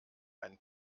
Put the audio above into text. ein